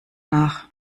nach